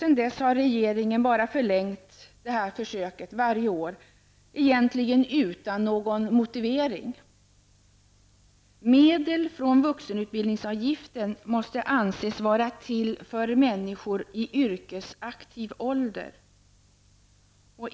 Sedan dess har regeringen bara förlängt detta försök varje år, egentligen utan någon motivering. Medel från vuxenutbildningsavgiften måste anses vara till för människor i yrkesaktiv ålder.